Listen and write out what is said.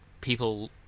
people